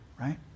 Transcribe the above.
right